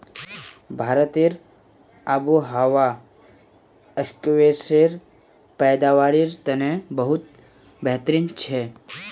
भारतेर आबोहवा स्क्वैशेर पैदावारेर तने बहुत बेहतरीन छेक